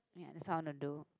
ya that's what I wanna do